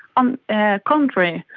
on the contrary,